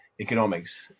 economics